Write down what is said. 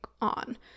on